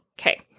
Okay